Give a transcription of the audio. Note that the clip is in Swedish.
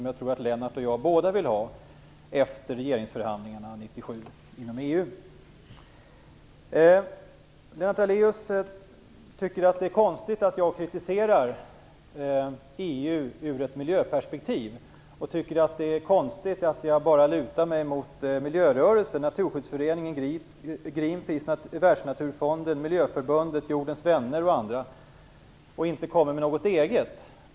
Jag tror att både Lennart Daléus och jag vill ha en ny folkomröstning efter regeringsförhandlingarna 1997 Lennart Daléus tycker att det är konstigt att jag kritiserar EU ur ett miljöperspektiv och att jag bara lutar mig mot miljörörelsen - Naturskyddsföreningen, Jordens vänner och andra - och inte kommer med något eget.